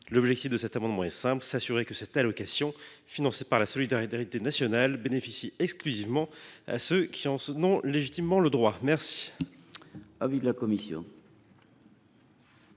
L’objet de cet amendement est simple : s’assurer que cette allocation, financée par la solidarité nationale, bénéficie exclusivement à ceux qui ont légitimement le droit de